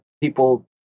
people